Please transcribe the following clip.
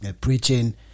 Preaching